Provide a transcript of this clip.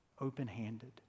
open-handed